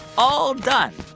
all done